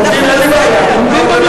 אין לי בעיה, אתם עומדים.